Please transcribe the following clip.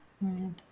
Right